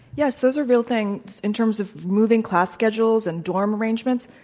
yes, those are real things in terms of moving class schedules and dorm arrangements.